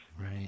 Right